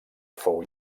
fou